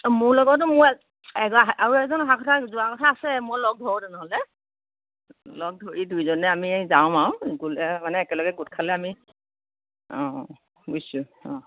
মোৰ লগতো মোৰ আৰু এজন অহা কথা আছে যোৱা কথা আছে মই লগ ধৰোঁ তেনেহ'লে লগ ধৰি দুয়োজনে আমি যাওঁ আৰু গ'লে মানে একেলগে গোট খালে আমি অ' বুজিছোঁ অ'